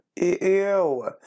Ew